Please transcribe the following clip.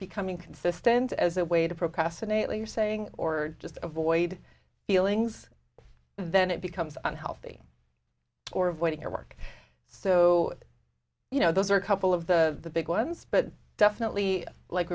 becoming consistent as a way to procrastinate like you're saying or just avoid feelings then it becomes unhealthy or avoiding your work so you know those are a couple of the big ones but definitely like